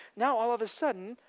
now all of a sudden,